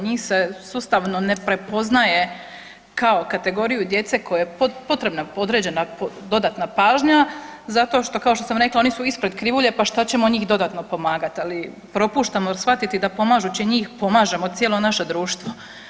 Njih se sustavno ne prepoznaje kao kategoriju djece kojoj je potrebna određena dodatna pažnja zato što kao što sam rekla oni su ispred krivulje pa šta ćemo njih dodatno pomagati, ali propuštamo shvatiti da pomažući njih pomažemo cijelo naše društvo.